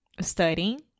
studying